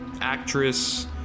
Actress